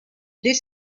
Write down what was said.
this